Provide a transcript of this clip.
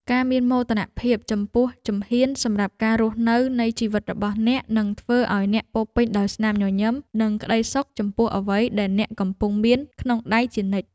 ការមានមោទនភាពចំពោះជំហានសម្រាប់ការរស់នៅនៃជីវិតរបស់អ្នកនឹងធ្វើឱ្យអ្នកពោរពេញដោយស្នាមញញឹមនិងក្ដីសុខចំពោះអ្វីដែលអ្នកកំពុងមានក្នុងដៃជានិច្ច។